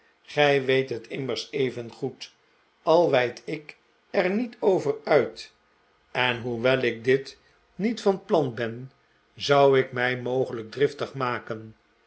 gij weet het immers evengoed al weid ik er niet over uit en hoewel ik dit niet van plan ben zou ik mij mogelijk driftig maken